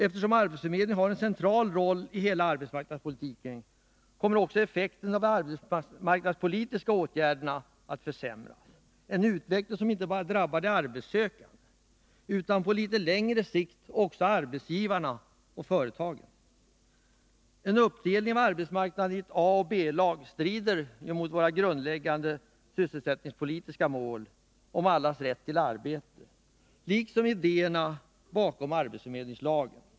Eftersom arbetsförmedlingen har en central roll i hela arbetsmarknadspolitiken, kommer också effekten av de arbetsmarknadspolitiska åtgärderna att försämras. Det är en utveckling som inte bara drabbar de arbetssökande, utan på litet längre sikt även arbetsgivarna och företagen. En uppdelning av arbetsmarknaden i A och B-lag strider mot våra grundläggande sysselsättningspolitiska mål om allas rätt till arbete, liksom mot idéerna bakom arbetsförmedlingslagen.